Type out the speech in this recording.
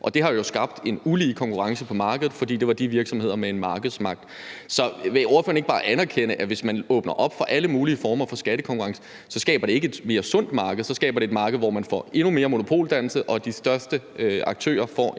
og det har skabt en ulige konkurrence på markedet, fordi det var de virksomheder med en markedsmagt. Så vil ordføreren ikke bare anerkende, at hvis man åbner op for alle mulige former for skattekonkurrence, skaber det ikke et mere sundt marked, men at så skaber det et marked, hvor man får endnu mere monopoldannelse, og hvor de største aktører får